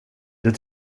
det